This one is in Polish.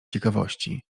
ciekawości